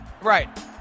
Right